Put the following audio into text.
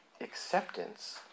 acceptance